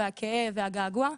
הכאב והגעגוע,